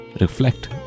reflect